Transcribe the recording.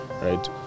right